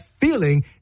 feeling